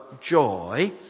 joy